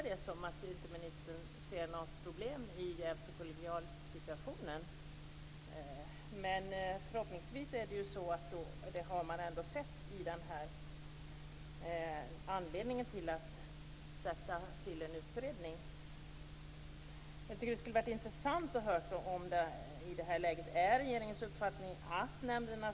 Detta måste naturligtvis vara ett fält där regeringen har uppfattningar.